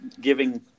giving